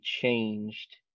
changed